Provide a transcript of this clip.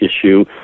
issue